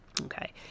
Okay